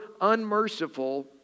unmerciful